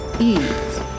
ease